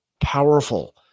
powerful